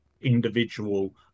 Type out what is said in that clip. individual